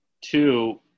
Two